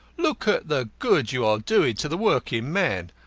look at the good you are doing to the working man.